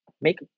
make